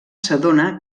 s’adona